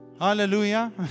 hallelujah